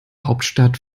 hauptstadt